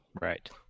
right